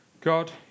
God